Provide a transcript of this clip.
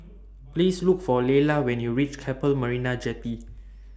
Please Look For Layla when YOU REACH Keppel Marina Jetty